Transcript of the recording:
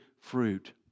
fruit